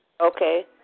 Okay